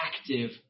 active